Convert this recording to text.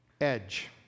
edge